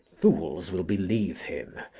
fools will believe him,